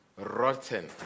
rotten